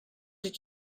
did